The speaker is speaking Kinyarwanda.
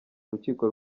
urukiko